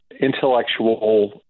intellectual